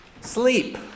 sleep